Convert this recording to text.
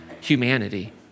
humanity